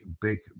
big